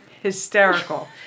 hysterical